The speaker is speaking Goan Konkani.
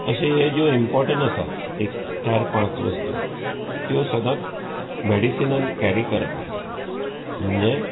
अशें हे ज्यो इमपोर्टण्ट आसा एक चार पांच वस्तू त्यो सदांच मॅडिसिनान कॅरी करप म्हणजें